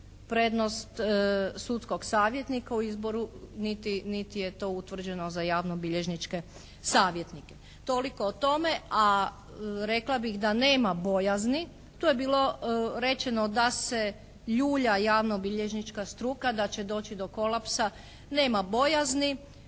prednost sudskog savjetnika u izboru niti je to utvrđeno za javnobilježničke savjetnike. Toliko o tome. A rekla bih da nema bojazni. To je bilo rečeno da se ljulja javnobilježnička struka da će doći do kolapsa. Nema bojazni.